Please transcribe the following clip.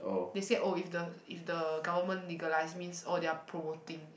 they said oh if the if the government legalise means oh they are promoting